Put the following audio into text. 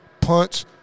punch